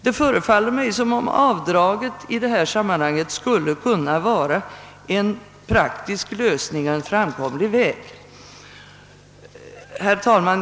Det förefaller mig som om avdrag i detta sammanhang skulle vara en praktisk lösning och en framkomlig väg. Herr talman!